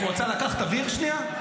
את רוצה לקחת אוויר שנייה?